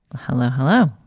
hello. hello.